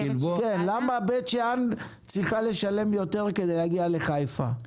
למה בית שאן צריכה לשלם יותר כדי להגיע לחיפה?